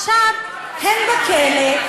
עכשיו, הם בכלא,